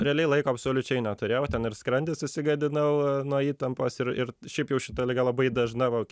realiai laiko absoliučiai neturėjau ten ir skrandį susigadinau nuo įtampos ir ir šiaip jau šita liga labai dažna va